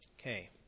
Okay